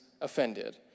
offended